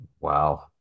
Wow